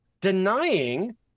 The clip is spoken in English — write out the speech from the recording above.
denying